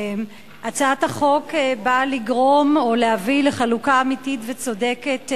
הצעת חוק שירות הקבע בצבא-הגנה לישראל (גמלאות)